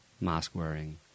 mask-wearing